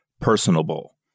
Personable